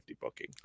booking